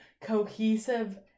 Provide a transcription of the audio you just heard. cohesive